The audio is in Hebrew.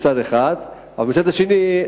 אבל מצד שני,